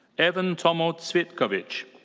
evan tomo cvitkovic.